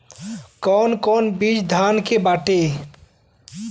कौन कौन बिज धान के बाटे?